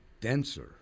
denser